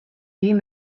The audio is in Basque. egin